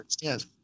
yes